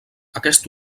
aquest